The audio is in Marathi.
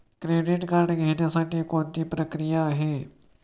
क्रेडिट कार्ड घेण्यासाठी कोणती प्रक्रिया आहे?